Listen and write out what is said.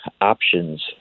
options